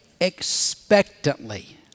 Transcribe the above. expectantly